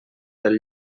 del